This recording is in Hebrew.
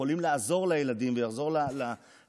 שיכולים לעזור לילדים ולאוכלוסייה,